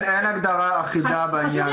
הגדרה אחידה בעניין הזה.